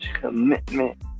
commitment